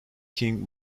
king